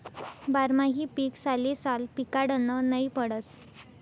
बारमाही पीक सालेसाल पिकाडनं नै पडस